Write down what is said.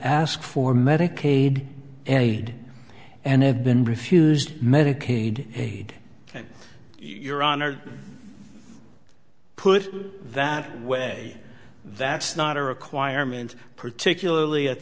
asked for medicaid and and have been refused medicaid aid and your honor put that way that's not a requirement particularly at